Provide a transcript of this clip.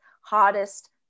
hardest